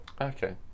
Okay